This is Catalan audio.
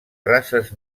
races